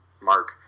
Mark